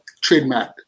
trademark